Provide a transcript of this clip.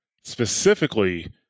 specifically